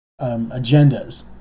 agendas